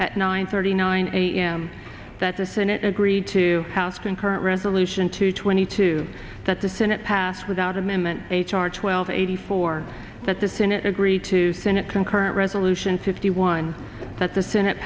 nine thirty nine a m that the senate agreed to house concurrent resolution two twenty two that the senate passed without amendment h r twelve eighty four that the senate agreed to senate concurrent resolution fifty one that the senate